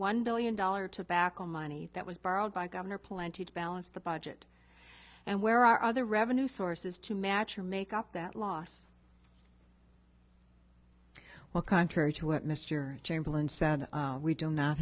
one billion dollar tobacco money that was borrowed by governor plenty to balance the budget and where are other revenue sources to match your make up that loss well contrary to what mr chamberlain said we don't not